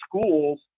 schools